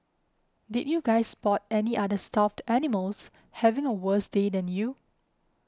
did you guys spot any other stuffed animals having a worse day than you